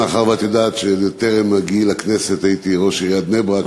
מאחר שאת יודעת שטרם הגיעי לכנסת הייתי ראש עיריית בני-ברק,